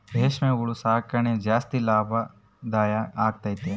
ರೇಷ್ಮೆ ಹುಳು ಸಾಕಣೆ ಜಾಸ್ತಿ ಲಾಭದಾಯ ಆಗೈತೆ